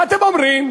מה אתם אומרים?